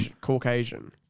Caucasian